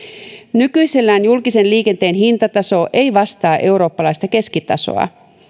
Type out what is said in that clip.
nykyisellään julkisen liikenteen hintataso ei vastaa eurooppalaista keskitasoa